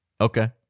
Okay